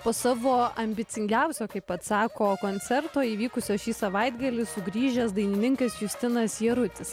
po savo ambicingiausio kaip pats sako koncerto įvykusio šį savaitgalį sugrįžęs dainininkas justinas jarutis